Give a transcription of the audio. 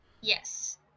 Yes